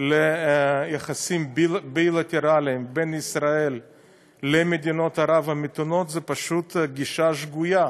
ליחסים בילטרליים בין ישראל למדינות ערב המתונות זו פשוט גישה שגויה.